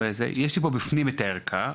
יש לי פה בפנים את הערכה.